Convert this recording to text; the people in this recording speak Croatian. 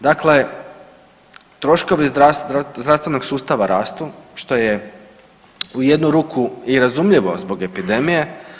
Dakle, troškovi zdravstvenog sustava rastu što je u jednu ruku i razumljivo zbog epidemije.